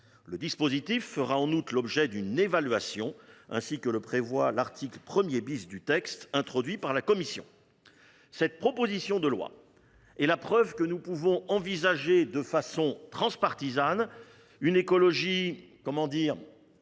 Le dispositif fera en outre l’objet d’une évaluation, ainsi que le prévoit l’article 1 , introduit par la commission. Cette proposition de loi est la preuve que nous pouvons envisager, de façon transpartisane, une écologie populaire